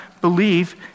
believe